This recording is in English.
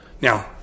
Now